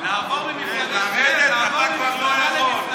לעבור ממפלגה למפלגה, לרדת אתה כבר לא יכול.